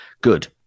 Good